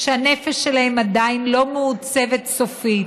שהנפש שלהם עדיין לא מעוצבת סופית,